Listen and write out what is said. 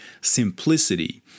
simplicity